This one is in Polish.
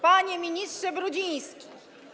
Panie Ministrze Brudziński!